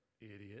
idiot